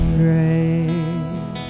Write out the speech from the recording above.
grace